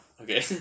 Okay